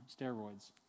steroids